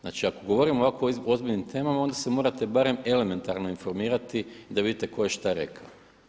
Znači, ako govorimo o ovako ozbiljnim temama onda se morate barem elementarno informirati i da vidite tko je šta rekao.